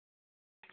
சரிங்க சார்